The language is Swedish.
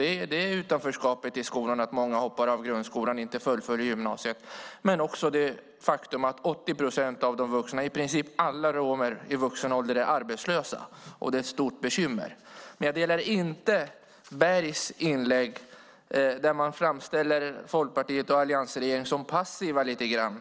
Det gäller dels utanförskapet i skolorna - att många hoppar av grundskolan eller inte fullföljer gymnasiet - dels det faktum att 80 procent av de vuxna romerna är arbetslösa, vilket är ett stort bekymmer. Jag delar dock inte Bengt Bergs inlägg. Han framställer Folkpartiet och alliansregeringen som passiva i dessa